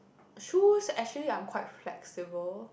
shoes actually I am quite flexible